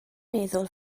meddwl